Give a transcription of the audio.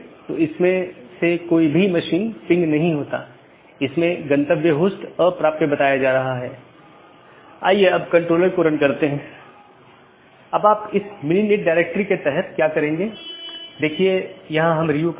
अगर जानकारी में कोई परिवर्तन होता है या रीचचबिलिटी की जानकारी को अपडेट करते हैं तो अपडेट संदेश में साथियों के बीच इसका आदान प्रदान होता है